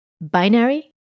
binary